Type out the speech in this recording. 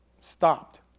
stopped